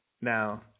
Now